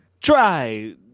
Try